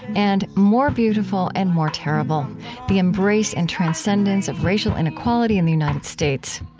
and more beautiful and more terrible the embrace and transcendence of racial inequality in the united states